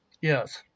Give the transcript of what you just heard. yes